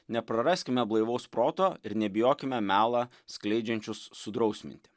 nepraraskime blaivaus proto ir nebijokime melą skleidžiančius sudrausminti